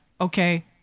okay